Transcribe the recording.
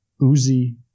Uzi